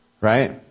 right